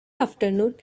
afternoon